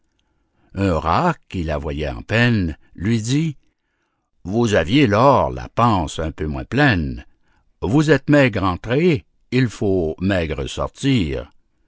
un rat qui la voyait en peine lui dit vous aviez lors la panse un peu moins pleine vous êtes maigre entrée il faut maigre sortir